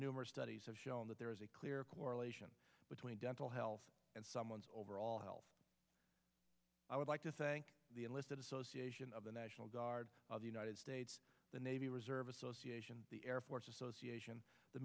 numerous studies have shown that there is a clear correlation between dental health and someone's overall health i would like to say that association of the national guard of the united states the navy reserve association the air force association the